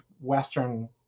western